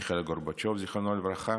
מיכאל גורבצ'וב, זיכרונו לברכה.